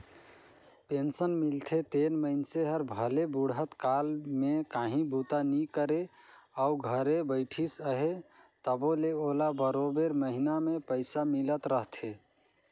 pension मिलथे तेन मइनसे हर भले बुढ़त काल में काहीं बूता नी करे अउ घरे बइठिस अहे तबो ले ओला बरोबेर महिना में पइसा मिलत रहथे